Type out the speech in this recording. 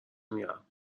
میارم